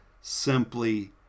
simply